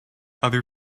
other